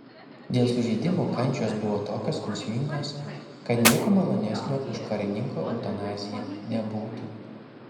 dėl sužeidimų kančios buvo tokios skausmingos kad nieko malonesnio už karininko eutanaziją nebūtų